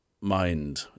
mind